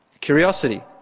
Curiosity